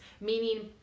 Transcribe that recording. meaning